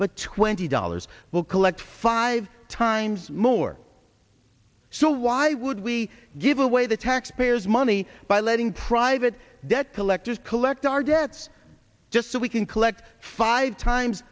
but twenty dollars will collect five times more so why would we give away the taxpayer's money by letting private debt collectors collect our debts just so we can collect five times